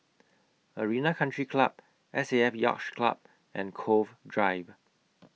Arena Country Club S A F Yacht Club and Cove Drive